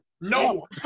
No